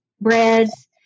breads